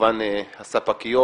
כמובן הספקיות.